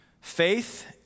Faith